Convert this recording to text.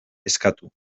eskatu